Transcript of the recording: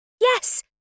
Yes